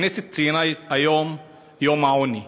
הכנסת ציינה היום את יום העוני,